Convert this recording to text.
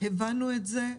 הבנו את זה.